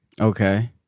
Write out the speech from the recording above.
Okay